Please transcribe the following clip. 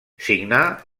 signà